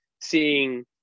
seeing